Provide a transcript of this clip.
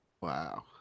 Wow